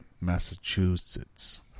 Massachusetts